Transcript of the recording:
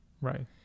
right